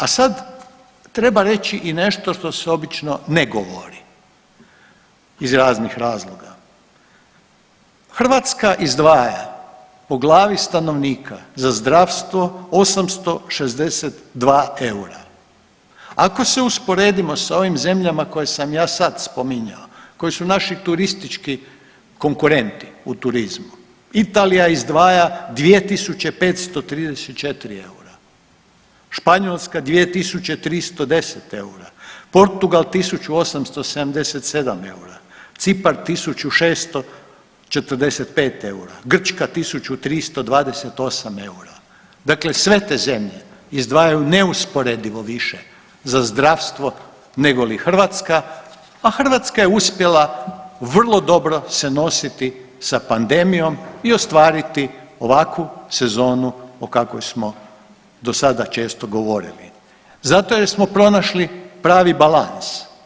A sad treba reći i nešto što se obično ne govori iz raznih razloga, Hrvatska izdvaja po glavi stanovnika za zdravstvo 862 eura, ako se usporedimo sa ovim zemljama koje sam ja sad spominjao koji su naši turistički konkurenti u turizmu Italija izdvaja 2.534 eura, Španjolska 2.310 eura, Portugal 1.877 eura, Cipar 1.645 eura, Grčka 1.328 eura, dakle sve te zemlje izdvajaju neusporedivo više za zdravstvo negoli Hrvatska, a Hrvatska je uspjela vrlo dobro se nositi sa pandemijom i ostvariti ovakvu sezonu o kakvoj smo do sada često govorili zato jer smo pronašli pravi balans.